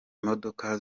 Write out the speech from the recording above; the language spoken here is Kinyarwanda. imodoka